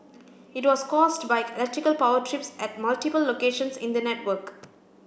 it was caused by electrical power trips at multiple locations in the network